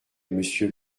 monsieur